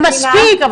מספיק.